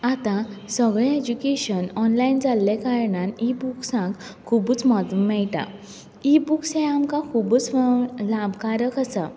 आतां सगळें education online जाल्लें कारणान इ बुक्सांक खुबच म्हत्व मेळटा इ बूक्स हें आमकां खुबच लाभकारक आसा